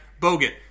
Bogut